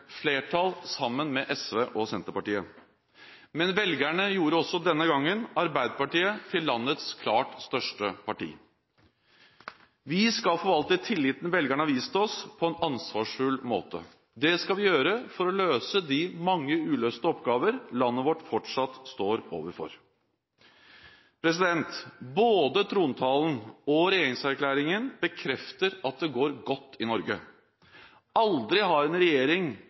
flertall sammen med SV og Senterpartiet. Men velgerne gjorde også denne gangen Arbeiderpartiet til landets klart største parti. Vi skal forvalte tilliten velgerne har vist oss, på en ansvarsfull måte. Det skal vi gjøre for å løse de mange uløste oppgaver landet vårt fortsatt står overfor. Både trontalen og regjeringserklæringen bekrefter at det går godt i Norge. Aldri har en regjering